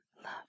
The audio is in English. love